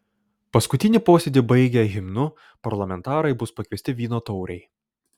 paskutinį posėdį baigę himnu parlamentarai bus pakviesti vyno taurei